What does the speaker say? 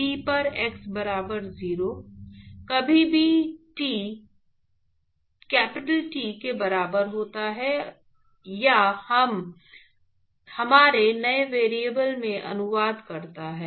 T पर x बराबर 0 कभी भी t T के बराबर होता है या यह हमारे नए वेरिएबल में अनुवाद करता है